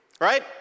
right